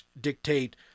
dictate